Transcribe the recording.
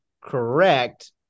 correct –